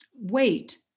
Wait